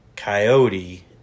coyote